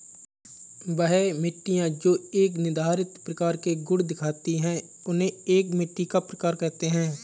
वह मिट्टियाँ जो एक निर्धारित प्रकार के गुण दिखाती है उन्हें एक मिट्टी का प्रकार कहते हैं